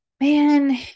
man